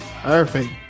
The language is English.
Perfect